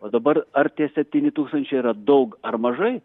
o dabar ar tie septyni tūkstančiai yra daug ar mažai